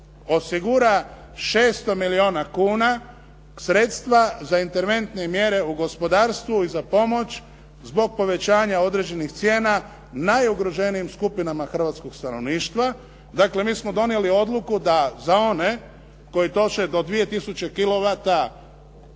osigura 600 milijuna kuna sredstva za interventne mjere u gospodarstvu i za pomoć zbog povećanja određenih cijena najugroženijim skupinama hrvatskog stanovništva. Dakle, mi smo donijeli odluku da za one koji troše do 2